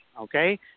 Okay